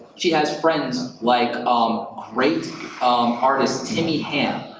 she has friends like um great artist timmy ham,